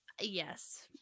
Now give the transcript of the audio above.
Yes